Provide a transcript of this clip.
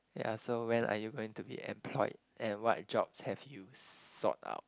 ya so when are you going to be employed and what jobs have you sort out